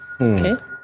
okay